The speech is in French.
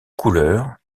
couleur